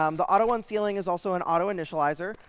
um the auto unsealing is also an auto initializer.